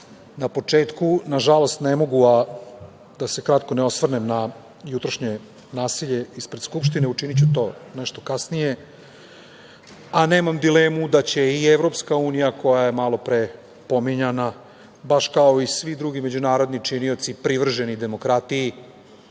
na početku, nažalost, ne mogu a da se kratko ne osvrnem na jutrošnje nasilje ispred Skupštine. Učiniću to nešto kasnije, a nemam dilemu da će i EU koja je malopre pominjana, baš kao i svi drugi međunarodni činioci privrženi demokratiji,